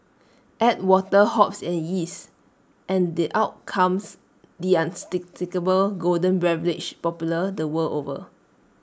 add water hops and yeast and the out comes the unmistakable golden beverage popular the world over